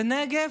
בנגב.